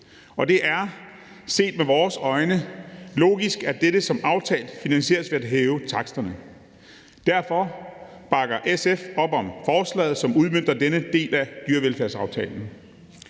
Det er, set med vores øjne logisk, at dette som aftalt finansieres ved at hæve taksterne. Derfor bakker SF op om forslaget, som udmønter denne del af dyrevelfærdsaftalen.